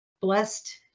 blessed